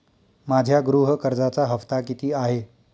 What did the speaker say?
माझ्या गृह कर्जाचा हफ्ता किती आहे?